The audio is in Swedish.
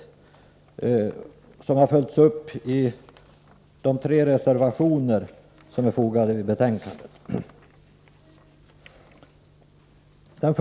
Motionen har följts upp med tre reservationer, som finns fogade till betänkandet.